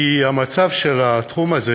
כי המצב של התחום הזה